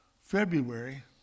February